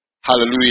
Hallelujah